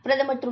பிரதமர் திரு